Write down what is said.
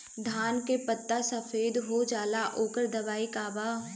धान के पत्ता सफेद हो जाला ओकर दवाई का बा?